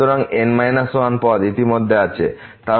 সুতরাং N 1 পদ ইতিমধ্যে আছে এবং তারপর মোট পদ n1 ছিল